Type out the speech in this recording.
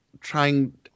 trying